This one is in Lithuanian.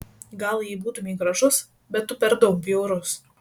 gal jei būtumei gražus bet tu per daug bjaurus